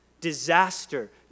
disaster